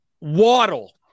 Waddle